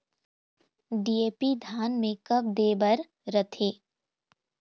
DAP धान मे कब दे बर रथे?